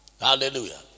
Hallelujah